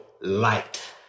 light